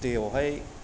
दैयावहाय